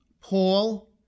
Paul